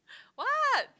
what